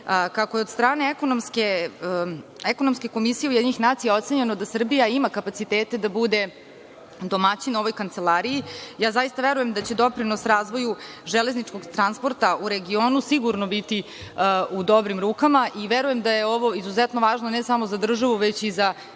Kako je od strane Ekonomske komisije UN ocenjeno da Srbija ima kapacitete da bude domaćin ovoj kancelariji, zaista verujem da će doprinos razvoju železničkog transporta u regionu sigurno biti u dobrim rukama i verujem da je ovo izuzetno važno, ne samo za državu, već i za naše